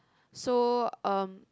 so um